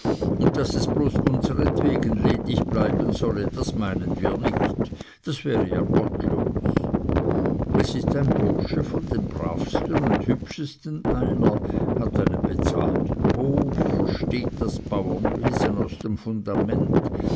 und daß es bloß unseretwegen ledig bleiben solle das meinen wir nicht das wäre ja gottlos es ist ein bursche von den bravsten und hübschesten einer hat einen bezahlten hof versteht das bauernwesen aus dem fundament